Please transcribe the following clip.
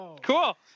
cool